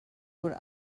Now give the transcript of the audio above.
what